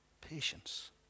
patience